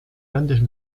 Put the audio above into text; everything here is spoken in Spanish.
grandes